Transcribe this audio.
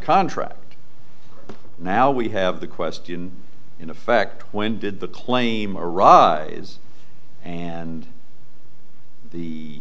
contract now we have the question in effect when did the claim arise and the